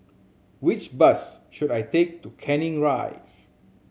which bus should I take to Canning Rise